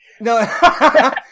No